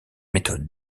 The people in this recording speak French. méthodes